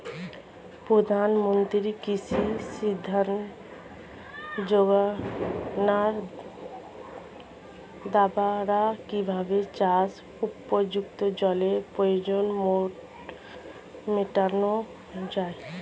প্রধানমন্ত্রী কৃষি সিঞ্চাই যোজনার দ্বারা কিভাবে চাষ উপযুক্ত জলের প্রয়োজন মেটানো য়ায়?